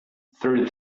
through